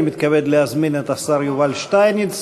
אני מתכבד להזמין את השר יובל שטייניץ